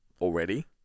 already